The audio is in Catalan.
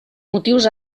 motius